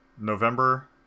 November